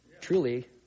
truly